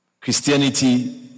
christianity